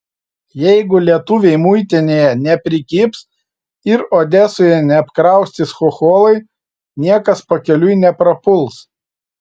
jeigu lietuviai muitinėje neprikibs ir odesoje neapkraustys chocholai niekas pakeliui neprapuls